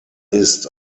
ist